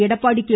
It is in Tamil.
எடப்பாடி கே